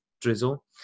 drizzle